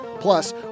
Plus